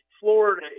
Florida